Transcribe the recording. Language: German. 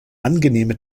angenehme